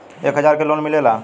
एक हजार के लोन मिलेला?